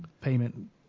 payment